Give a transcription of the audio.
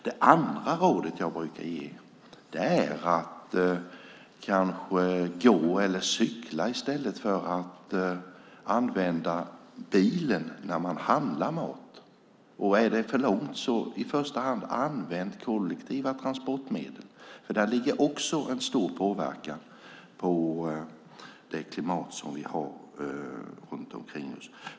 Det andra rådet jag brukar ge är att man ska gå eller cykla i stället för att använda bilen när man handlar mat. Är det för långt ska man i första hand använda kollektiva transportmedel, för där ligger också en stor påverkan på det klimat som vi har runt omkring oss.